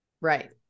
Right